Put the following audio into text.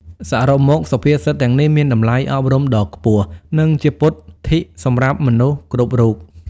សរុបមក សុភាសិតទាំងនេះមានតម្លៃអប់រំដ៏ខ្ពស់ និងជាពុទ្ធិសម្រាប់មនុស្សគ្រប់រូប។